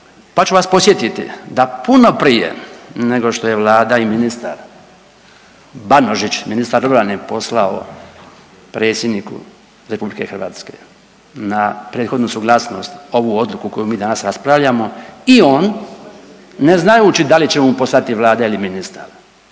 pa ću vas podsjetiti da puno prije nego što je Vlada i ministar Banožić, ministar obrane poslao Predsjedniku RH na prethodnu suglasnost ovu odluku koju mi danas raspravljamo i on, ne znajući da li će mu poslati Vlada ili ministar